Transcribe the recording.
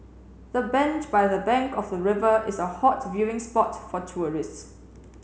the bench by the bank of the river is a hot viewing spot for tourists